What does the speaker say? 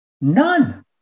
None